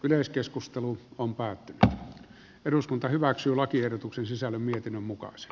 yleiskeskustelu on päätti eduskunta hyväksyi lakiehdotuksen sisällä miten muka xc